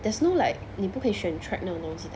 there's no like 你不可以选 track 那种东西的 ah